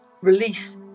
release